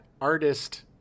artist